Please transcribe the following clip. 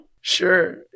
Sure